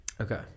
Okay